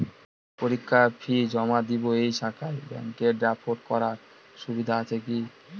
পরীক্ষার ফি জমা দিব এই শাখায় ব্যাংক ড্রাফট করার সুবিধা আছে কি?